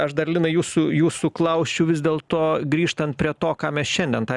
aš dar linai jūsų jūsų klausčiau vis dėlto grįžtant prie to ką mes šiandien tą